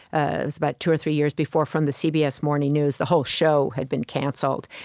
ah it was about two or three years before, from the cbs morning news. the whole show had been cancelled.